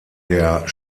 der